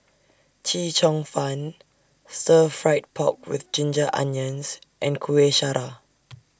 Chee Cheong Fun Stir Fried Pork with Ginger Onions and Kuih Syara